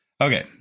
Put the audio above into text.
Okay